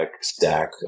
stack